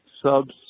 Subs